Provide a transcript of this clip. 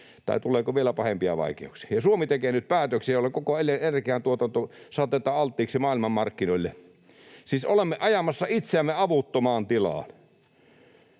tai tuleeko vielä pahempia vaikeuksia, ja Suomi tekee nyt päätöksiä, joilla koko energiantuotanto saatetaan alttiiksi maailmanmarkkinoille. Siis olemme ajamassa itseämme avuttomaan tilaan.